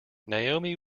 naomi